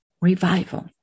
revival